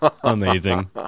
amazing